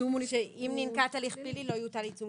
שאם ננקט הליך פלילי לא יוטל עיצום כספי.